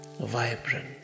vibrant